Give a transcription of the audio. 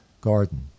garden